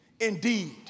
indeed